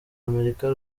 amerika